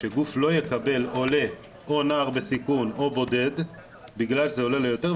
שגוף לא יקבל עולה או נער בסיכון או בודד בגלל שזה עולה לו יותר,